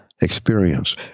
experience